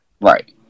Right